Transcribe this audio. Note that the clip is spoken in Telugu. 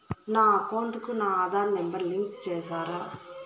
నా అకౌంట్ కు నా ఆధార్ నెంబర్ లింకు చేసారా